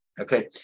okay